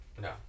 no